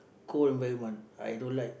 cold environment I don't like